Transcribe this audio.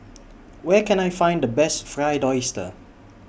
Where Can I Find The Best Fried Oyster